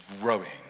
growing